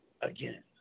again